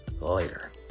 later